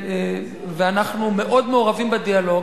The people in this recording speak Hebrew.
אנחנו מאוד מעורבים בדיאלוג,